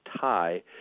tie